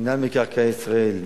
מינהל מקרקעי ישראל,